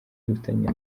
dufitanye